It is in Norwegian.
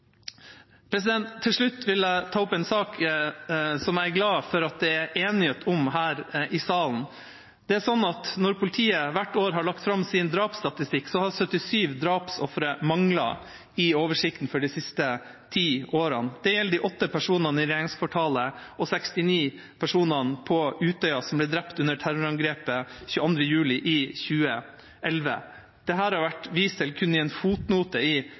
Til slutt vil jeg ta opp en sak jeg er glad for at det er enighet om her i salen. Når politiet hvert år har lagt fram sin drapsstatistikk, har 77 drapsofre manglet i oversikten for de siste ti årene. Det gjelder de 8 personene i regjeringskvartalet og de 69 personene på Utøya som ble drept under terrorangrepet 22. juli i 2011. Dette er det blitt vist til kun i en fotnote i